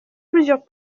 plusieurs